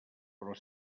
però